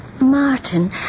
Martin